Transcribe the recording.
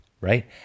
right